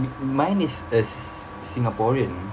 mine is a s~ singaporean